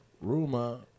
Rumor